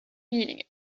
feeling